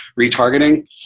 retargeting